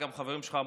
גם חברים שלך אמרו,